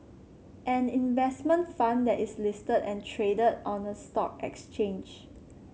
an investment fund that is listed and traded on a stock exchange